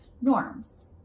norms